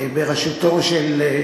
בראשותו של,